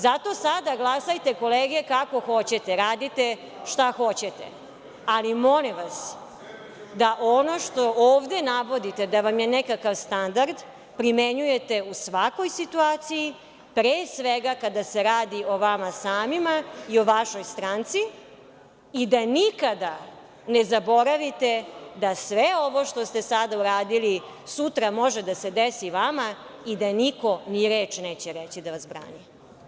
Zato sada glasajte kolege kako hoćete, radite šta hoćete, ali molim vas, da ono što ovde navodite da vam je nekakav standard, primenjujete u svakoj situaciji, pre svega, kada se radi o vama samima i o vašoj stranci i da nikada ne zaboravite da sve ovo što ste sada uradili, sutra može da se desi vama i da niko ni reč neće reći da vas brani.